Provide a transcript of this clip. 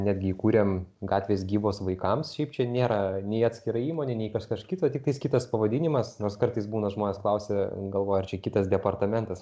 netgi įkūrėm gatvės gyvos vaikams čia nėra nei atskira įmonė nei kažkas kito tiktai kitas pavadinimas nors kartais būna žmonės klausia galvoja ar čia kitas departamentas